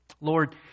Lord